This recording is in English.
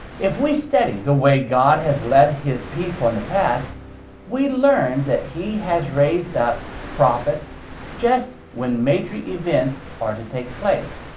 if we study the way god has lead his people in the past we learn that he has raised up prophets just when major events are to take place.